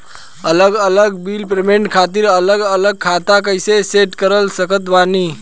अलग अलग bill payment खातिर अलग अलग खाता कइसे सेट कर सकत बानी?